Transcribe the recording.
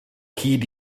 hyd